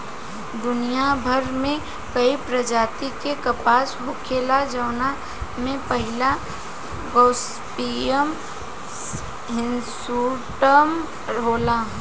दुनियाभर में कई प्रजाति के कपास होखेला जवना में पहिला गॉसिपियम हिर्सुटम होला